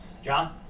John